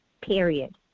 Period